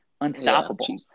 unstoppable